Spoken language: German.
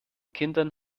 kindern